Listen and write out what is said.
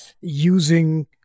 using